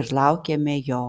ir laukiame jo